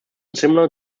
similar